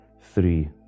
three